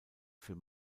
für